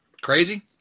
Crazy